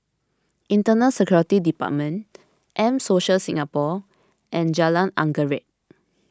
Internal Security Department M Social Singapore and Jalan Anggerek